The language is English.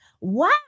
Wow